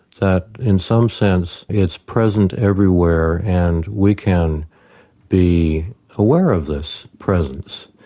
that in some sense, it's present everywhere, and we can be aware of this presence.